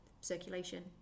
circulation